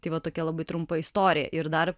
tai va tokia labai trumpa istorija ir dar